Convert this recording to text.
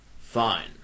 Fine